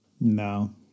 No